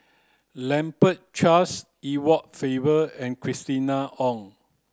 Lambert Charles Edward Faber and Christina Ong